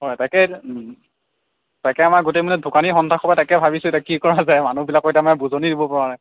হয় তাকে এতিয়া ও তাকে আমাৰ গোটেই মানে দোকানী সন্থা তাকেই ভাবিছোঁ এতিয়া কি কৰা যায় মানুহবিলাকক এতিয়া মানে বুজনি দিব পৰা নাই